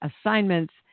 assignments